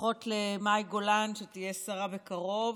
ברכות למאי גולן, שתהיה שרה בקרוב.